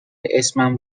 اسمم